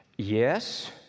Yes